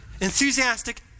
enthusiastic